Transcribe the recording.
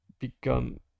become